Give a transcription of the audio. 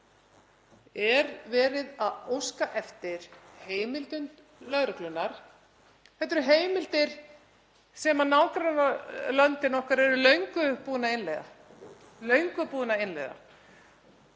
er verið að óska eftir heimildum lögreglunnar. Þetta eru heimildir sem nágrannalöndin okkar eru löngu búin að innleiða.